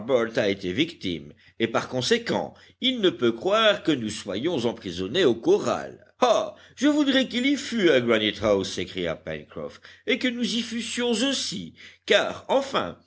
a été victime et par conséquent il ne peut croire que nous soyons emprisonnés au corral ah je voudrais qu'il y fût à granite house s'écria pencroff et que nous y fussions aussi car enfin